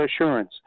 assurance